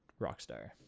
rockstar